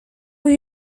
will